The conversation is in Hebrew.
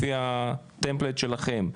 לפי הטמפלט שלכם,